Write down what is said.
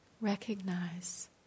Recognize